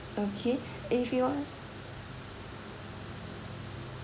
okay if you want